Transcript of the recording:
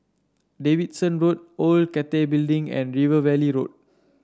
Davidson Road Old Cathay Building and River Valley Road